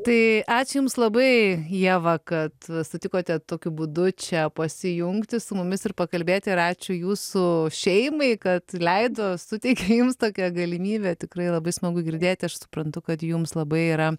tai ačiū jums labai ieva kad sutikote tokiu būdu čia pasijungti su mumis ir pakalbėti ir ačiū jūsų šeimai kad leido suteikė jums tokią galimybę tikrai labai smagu girdėt aš suprantu kad jums labai yra